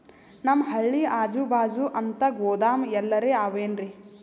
ನಮ್ ಹಳ್ಳಿ ಅಜುಬಾಜು ಅಂತ ಗೋದಾಮ ಎಲ್ಲರೆ ಅವೇನ್ರಿ?